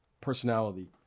personality